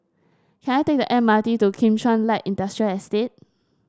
can I take the M R T to Kim Chuan Light Industrial Estate